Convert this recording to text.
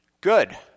Good